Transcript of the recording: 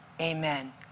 Amen